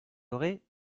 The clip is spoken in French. aurez